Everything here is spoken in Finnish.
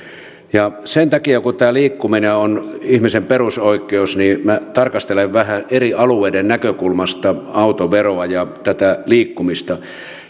sen takia kun tämä liikkuminen on ihmisen perusoikeus minä tarkastelen vähän eri alueiden näkökulmasta autoveroa ja tätä liikkumista